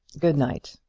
good-night.